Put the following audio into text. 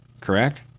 correct